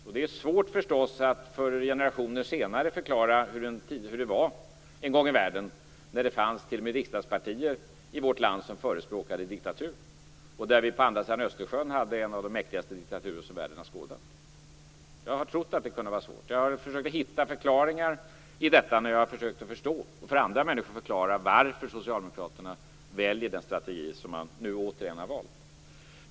Och det är förstås svårt att för generationer som kommer senare förklara hur det var en gång i tiden, när det t.o.m. fanns riksdagspartier i vårt land som förespråkade diktatur, och när vi på andra sidan Östersjön hade en av de mäktigaste diktaturer som världen har skådat. Jag har trott att det kan vara svårt. Jag har försökt att hitta förklaringar till detta när jag har försökt att förstå och för andra människor förklara varför socialdemokraterna väljer den strategi som man nu återigen har valt.